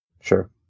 Sure